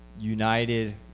United